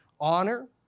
honor